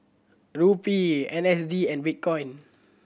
Rupee N S D and Bitcoin